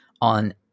on